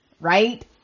right